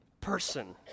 person